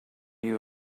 you